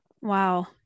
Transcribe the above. Wow